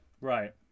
Right